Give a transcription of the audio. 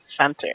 Center